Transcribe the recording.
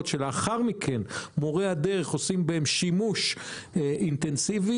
שלאחר מוכן מורי הדרך עושים בהן שימוש אינטנסיבי,